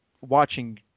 watching